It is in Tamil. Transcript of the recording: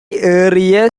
ஏறிய